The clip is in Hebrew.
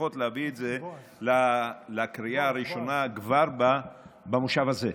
ולפחות להביא את זה לקריאה הראשונה כבר במושב הזה.